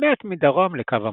מעט מדרום לקו המשווה.